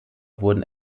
wurden